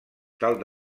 tal